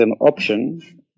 option